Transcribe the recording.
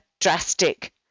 drastic